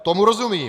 Tomu rozumím.